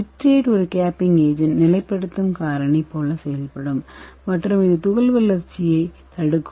citrate ஒரு capping agent நிலைப்படுத்தும் காரணி போல செயல்படும் மற்றும் இது துகள் வளர்ச்சியைத் தடுக்கும்